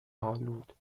آلود